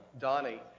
Donnie